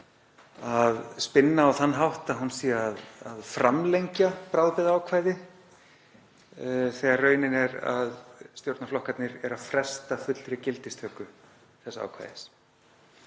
að spinna á þann hátt að hún sé að framlengja bráðabirgðaákvæði þegar raunin er að stjórnarflokkarnir eru að fresta fullri gildistöku þess ákvæðis.